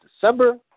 December